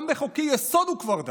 גם בחוקי-יסוד הוא כבר דן,